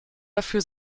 dafür